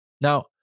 Now